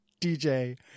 DJ